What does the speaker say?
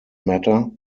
matter